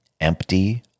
empty